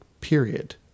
period